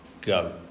go